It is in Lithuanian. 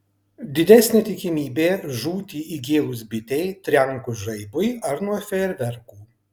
didesnė tikimybė žūti įgėlus bitei trenkus žaibui ar nuo fejerverkų